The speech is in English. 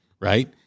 right